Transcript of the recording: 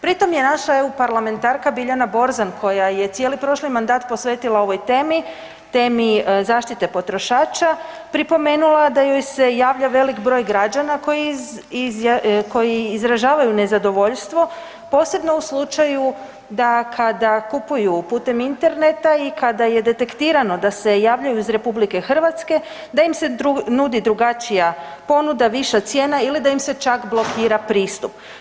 Pri tom je naša EU parlamentarka Biljana Borzan koja je cijeli prošli mandat posvetila ovoj temi, temi zaštite potrošača pripomenula da joj se javlja velik broj građana koji izražavaju nezadovoljstvo posebno u slučaju da kada kupuju putem interneta i kada je detektirano da se javljaju iz RH da im se nudi drugačija ponuda, viša cijena ili da im se čak blokira pristup.